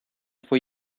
fue